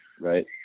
right